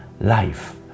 life